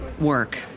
work